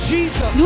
Jesus